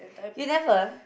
you never